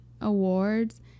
awards